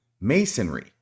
masonry